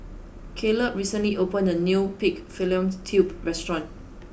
Kaleb recently opened a new pig fallopian tubes restaurant